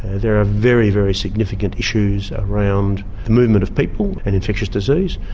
there are very, very significant issues around the movement of people and infectious disease.